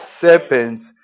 serpents